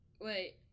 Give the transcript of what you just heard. wait